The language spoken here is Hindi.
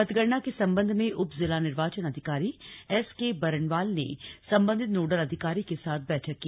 मतगणना के संबंध में उप जिला निर्वाचन अधिकारी एसके बरनवाल ने संबंधित नोडल अधिकारी के साथ बैठक की